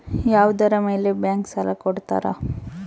ಯಾವುದರ ಮೇಲೆ ಬ್ಯಾಂಕ್ ಸಾಲ ಕೊಡ್ತಾರ?